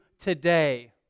today